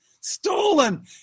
stolen